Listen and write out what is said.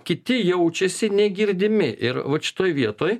kiti jaučiasi negirdimi ir vat šitoj vietoj